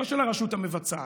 לא של הרשות המבצעת,